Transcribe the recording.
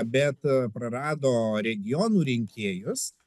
bet prarado regionų rinkėjus